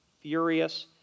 furious